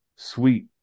sweet